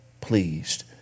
pleased